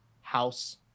house